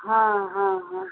हँ हँ हँ